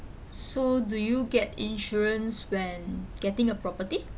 so do you get insurance when getting a property